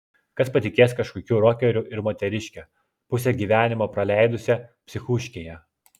kas patikės kažkokiu rokeriu ir moteriške pusę gyvenimo praleidusia psichuškėje